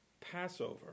Passover